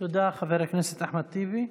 תודה, חבר הכנסת אחמד טיבי.